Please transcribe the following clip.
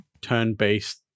turn-based